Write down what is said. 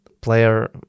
player